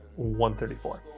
134